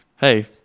hey